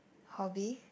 hobby